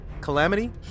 Calamity